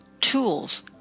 tools